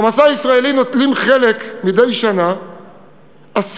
ב"מסע הישראלי" נוטלים חלק מדי שנה עשרות